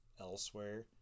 elsewhere